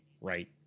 right